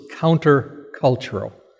counter-cultural